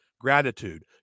Gratitude